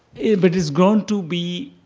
if it is going to be